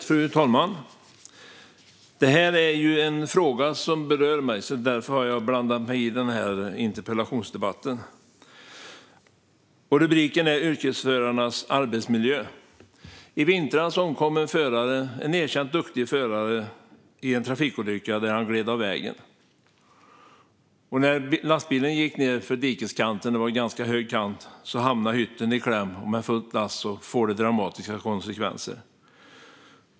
Fru talman! Detta är en fråga som berör mig. Därför har jag blandat mig i interpellationsdebatten. Det handlar om yrkesförarnas arbetsmiljö. I vintras omkom en erkänt duktig förare i en trafikolycka. Han gled av vägen. När lastbilen åkte ned för dikeskanten - det var en ganska hög kant - hamnade hytten i kläm. Och med full last fick det dramatiska konsekvenser.